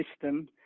system